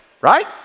right